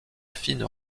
fines